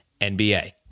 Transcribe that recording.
NBA